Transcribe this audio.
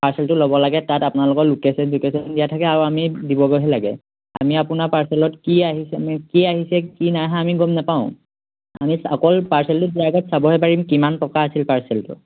পাৰ্চেলটো ল'ব লাগে তাত আপোনালোকৰ লোকেশ্যন লোকেশ্যন দিয়া থাকে আৰু আমি দিবগৈহে লাগে আমি আপোনাৰ পাৰ্চেলত কি আহিছে আমি কি আহিছে কি নাই অহা আমি গম নাপাওঁ আমি অকল পাৰ্চেলটোৰ দিয়াৰ লগত চাবহে পাৰিম কিমান টকা আছিল পাৰ্চেলটো